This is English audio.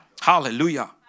Hallelujah